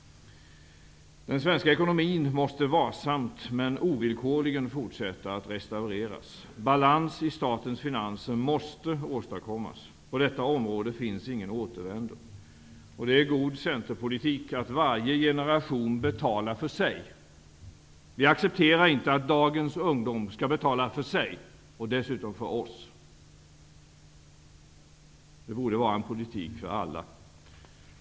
Den svenska ekonomin måste varsamt men ovillkorligen fortsätta att restaureras. Balans i statens finanser måste åstadkommas. På detta område finns ingen återvändo. Det är god Centerpolitik att varje generation betalar för sig. Vi accepterar inte att dagens ungdom skall betala för sig och dessutom för oss. Det borde vara en politik för alla.